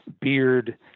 Beard